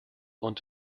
und